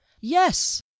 Yes